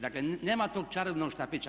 Dakle, nema tog čarobnog štapića.